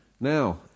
Now